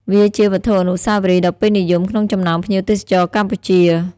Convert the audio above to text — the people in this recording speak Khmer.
វាជាវត្ថុអនុស្សាវរីយ៍ដ៏ពេញនិយមក្នុងចំណោមភ្ញៀវទេសចរណ៍កម្ពុជា។